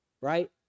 right